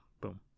boom